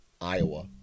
Iowa